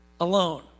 alone